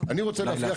מיליון